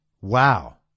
wow